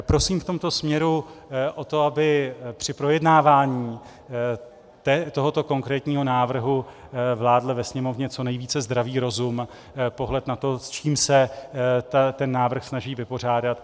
Prosím v tomto směru o to, aby při projednávání tohoto konkrétního návrhu vládl ve Sněmovně co nejvíce zdravý rozum, pohled na to, s čím se ten návrh snaží vypořádat.